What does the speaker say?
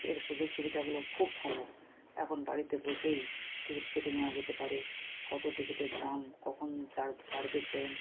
এর সুযোগ সুবিধাগুলো খুব ভালো এখন বাড়িতে বসেই টিকিট কেটে নেওয়া যেতে পারে কত টিকিটের দাম কখন ছাড়বে ট্রেন